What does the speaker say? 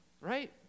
right